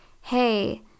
Hey